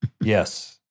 yes